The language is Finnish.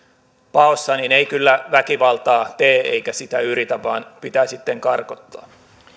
paossa ei väkivaltaa tee eikä sitä yritä vaan hänet pitää sitten karkottaa